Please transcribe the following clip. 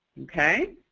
okay